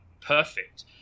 perfect